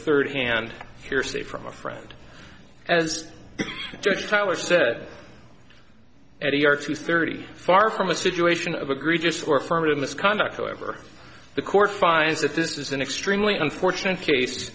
third hand hearsay from a friend as george tyler said earlier to thirty far from a situation of agree just or affirmative misconduct however the court finds that this was an extremely unfortunate case